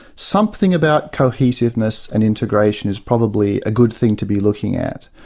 something about cohesiveness and integration is probably a good thing to be looking at.